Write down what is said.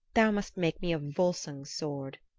thou must make me a volsung's sword.